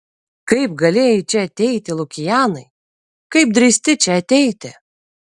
kaip galėjai čia ateiti lukianai kaip drįsti čia ateiti